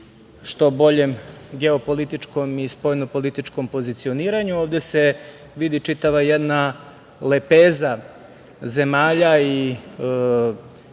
što boljem geopolitičkom i spoljnopolitičkom pozicioniranju. Ovde se vidi čitava jedna lepeza zemalja i